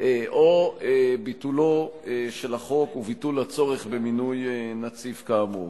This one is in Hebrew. או ביטולו של החוק וביטול הצורך במינוי נציב כאמור.